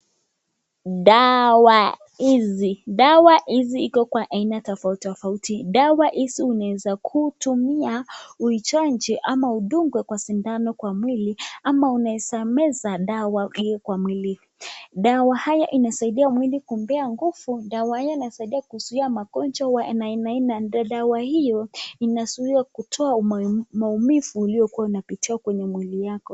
Dawa hizi. Dawa hizi iko kwa aina tofautitofauti. Dawa hizi unaeza kutumia uichanje ama udungwe kwa sindano kwa mwili ama unaeza meza dawa hiyo kwa mwili. Dawa hayo inasaidia mwili kumpea nguvu. Dawa haya inasaidia kuzuia magonjwa ya ainaaina. Dawa hiyo inazuia kutoa maumivu uliyokuwa unapitia kwa mwili yako.